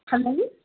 hello